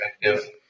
effective